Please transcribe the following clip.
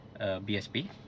BSP